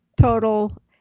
total